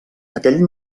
aquell